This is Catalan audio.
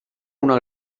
una